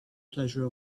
pleasure